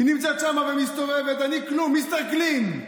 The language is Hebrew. היא נמצאת שם ומסתובבת: אני כלום, מיסטר קלין.